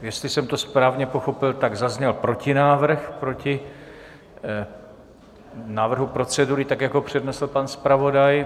Jestli jsem to správně pochopil, tak zazněl protinávrh proti návrhu procedury, tak jak ho přednesl pan zpravodaj.